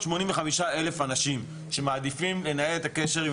385,000 אנשים שמעדיפים לנהל את הקשר עם